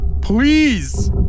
Please